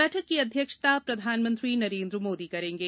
बैठक की अध्यक्षता प्रधानमंत्री नरेन्द्र मोदी करेंगे